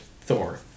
Thor